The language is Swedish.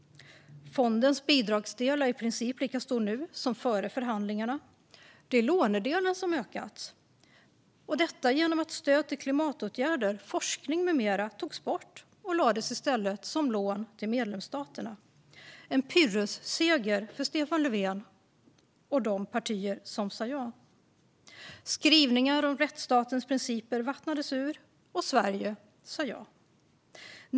Fondens bidragsdel är i princip lika stor nu som före förhandlingarna. Det är lånedelen som ökats genom att stöd till klimatåtgärder, forskning med mera har tagits bort och lagts som lån till medlemsstaterna. Det är en pyrrhusseger för Stefan Löfven och för de partier som sa ja. Skrivningar om rättsstatens principer vattnades ur, och Sverige sa ja.